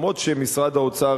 גם אם משרד האוצר,